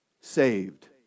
saved